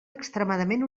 extremament